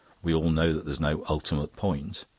we all know that there's no ultimate point.